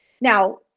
Now